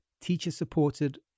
teacher-supported